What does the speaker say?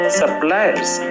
suppliers